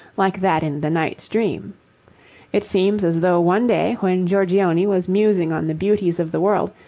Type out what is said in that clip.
like that in the knight's dream it seems as though one day when giorgione was musing on the beauties of the world,